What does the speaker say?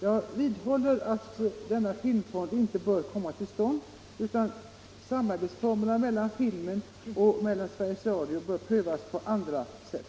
Jag vidhåller att denna filmfond inte bör komma till stånd. Frågan om formerna för samarbete mellan filmen och Sveriges Radio bör lösas på andra sätt.